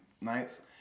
nights